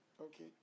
Okay